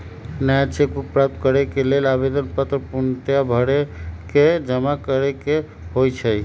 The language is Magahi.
नया चेक बुक प्राप्त करेके लेल आवेदन पत्र पूर्णतया भरके जमा करेके होइ छइ